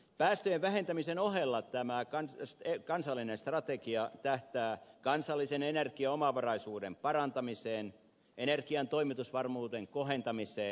päästöjen vähentämisen ohella tämä kansallinen strategia tähtää kansallisen energiaomavaraisuuden parantamiseen energian toimitusvarmuuden kohentamiseen